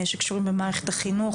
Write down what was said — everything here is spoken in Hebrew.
שקשורים למערכת החינוך,